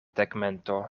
tegmento